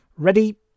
Ready